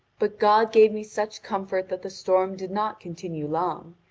but god gave me such comfort that the storm did not continue long,